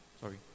Sorry